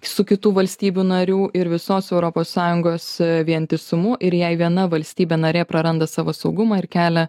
su kitų valstybių narių ir visos europos sąjungos vientisumu ir jei viena valstybė narė praranda savo saugumą ir kelia